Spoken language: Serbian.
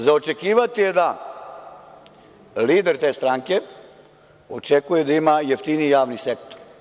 Za očekivati je da lider te stranke očekuje da ima jeftiniji javni sektor.